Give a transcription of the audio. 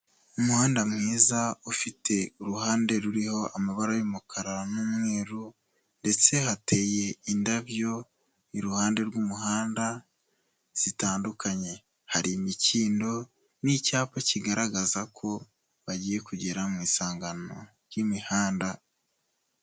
Umuhanda mwiza ufite uruhande ruriho amabara y'umukara n'umweru ndetse hateye indabyo iruhande rw'umuhanda zitandukanye, hari imikindo n'icyapa kigaragaza ko bagiye kugera mu isangano ry'imihanda.